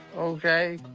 okay.